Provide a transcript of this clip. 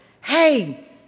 Hey